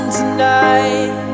tonight